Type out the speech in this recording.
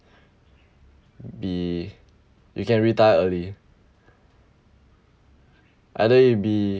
be you can retire early either it'd be